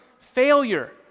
failure